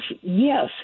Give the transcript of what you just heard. yes